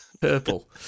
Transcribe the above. Purple